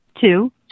Two